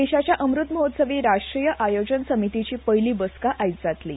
देशाच्या अमृत महोत्सवी राष्ट्रीय आयोजन समितीची पयली बसका आयज जातली